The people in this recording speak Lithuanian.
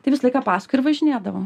tai visą laiką paskui ir važinėdavo